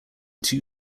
two